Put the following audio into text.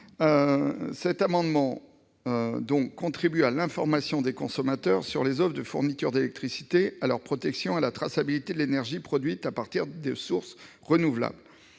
objet de contribuer à l'information des consommateurs sur les offres de fourniture d'électricité, à leur protection et à la traçabilité de l'énergie produite à partir de sources renouvelables.